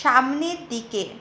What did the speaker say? সামনের দিকে